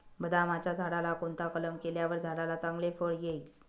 बदामाच्या झाडाला कोणता कलम केल्यावर झाडाला चांगले फळ येईल?